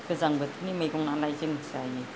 गोजां बोथोरनि मैगं नालाय जों जायो